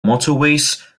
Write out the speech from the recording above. motorways